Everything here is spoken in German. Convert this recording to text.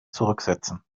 zurücksetzen